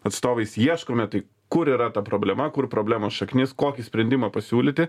atstovais ieškome tai kur yra ta problema kur problemos šaknis kokį sprendimą pasiūlyti